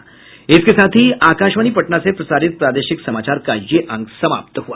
इसके साथ ही आकाशवाणी पटना से प्रसारित प्रादेशिक समाचार का ये अंक समाप्त हुआ